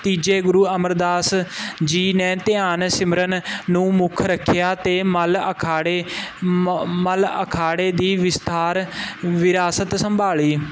ਤੀਜੇ ਗੁਰੂ ਅਮਰਦਾਸ ਜੀ ਨੇ ਧਿਆਨ ਸਿਮਰਨ ਨੂੰ ਮੁੱਖ ਰਖਿਆ ਤੇ ਮੱਲ ਅਖਾੜੇ ਮੱਲ ਅਖਾੜੇ ਦੀ ਵਿਸਥਾਰ ਵਿਰਾਸਤ ਸੰਭਾਲੀ